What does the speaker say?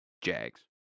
Jags